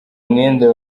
umwenda